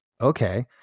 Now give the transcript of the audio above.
okay